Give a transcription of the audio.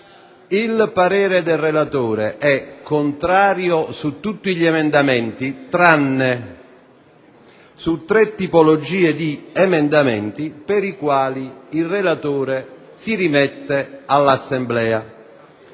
Il parere del relatore è contrario su tutti gli emendamenti, tranne su tre tipologie di emendamenti, per i quali si rimette all'Assemblea